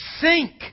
sink